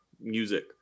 music